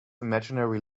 imaginary